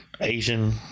Asian